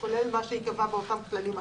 קופת החולים, למרות שהיא לא קיבלה שירות, היא